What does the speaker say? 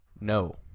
No